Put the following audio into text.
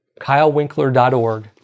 kylewinkler.org